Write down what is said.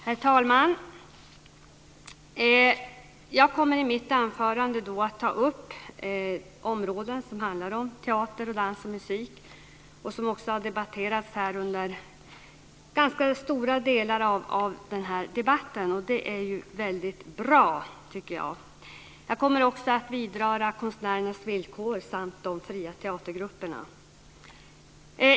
Herr talman! Jag kommer i mitt anförande att ta upp områden som teater, dans och musik. Detta har debatterats här under en ganska stor del av dagen, och det är väldigt bra, tycker jag. Jag kommer också att vidröra konstnärernas villkor samt de fria teatergrupperna.